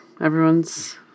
everyone's